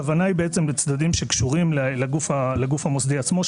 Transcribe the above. הכוונה היא לצדדים שקשורים לגוף המוסדי עצמו,